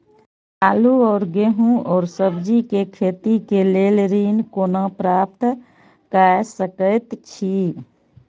आलू और गेहूं और सब्जी के खेती के लेल ऋण कोना प्राप्त कय सकेत छी?